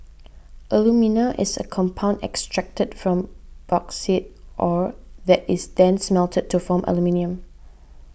alumina is a compound extracted from bauxite ore that is then smelted to form aluminium